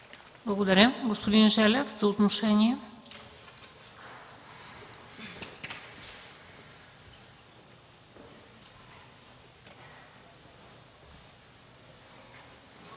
Благодаря. Господин Желев – за отношение.